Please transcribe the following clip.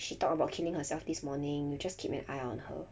she talked about killing herself this morning you just keep an eye on her